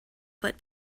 but